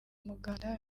muganda